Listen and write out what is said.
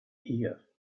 here